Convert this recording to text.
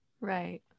Right